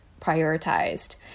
prioritized